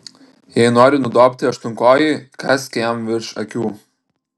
jei nori nudobti aštuonkojį kąsk jam virš akių